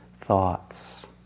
thoughts